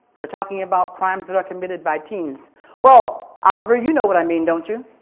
they're talking about crimes that are committed by teens well, oliver, you know what i mean, don't you.